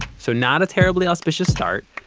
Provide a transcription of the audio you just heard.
so not a terribly auspicious start,